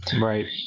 right